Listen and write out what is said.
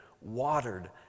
watered